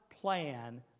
plan